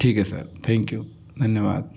ठीक है sir thank you धन्यवाद